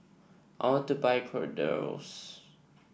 I want to buy Kordel's